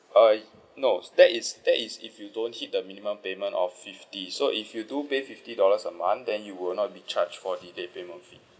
uh no that is that is if you don't hit the minimum payment of fifty so if you do pay fifty dollars a month then you will not be charged for the late payment fee